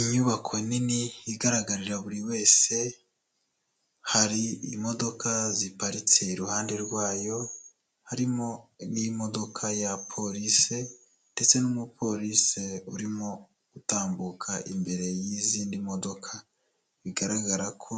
Inyubako nini igaragarira buri wese, hari imodoka ziparitse iruhande rwayo, harimo n'imodoka ya polisi ndetse n'umupolisi urimo gutambuka imbere y'izindi modoka, bigaragara ko